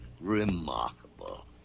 Remarkable